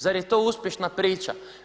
Zar je to uspješna priča?